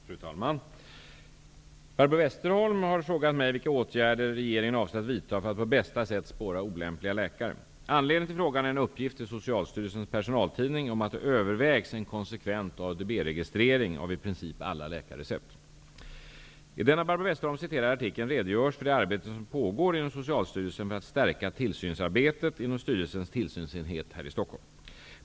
Fru talman! Barbro Westerholm har frågat mig vilka åtgärder regeringen avser att vidta för att på bästa sätt spåra olämpliga läkare. Anledningen till frågan är en uppgift i Socialstyrelsens personaltidning om att det övervägs en konsekvent I den av Barbro Westerholm citerade artikeln redogörs för det arbete som pågår inom Socialstyrelsen för att stärka tillsynsarbetet inom styrelsens tillsynsenhet i Stockholm.